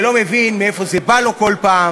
בשיקול הדעת שלנו,